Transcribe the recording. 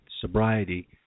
sobriety